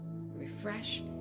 refresh